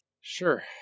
Sure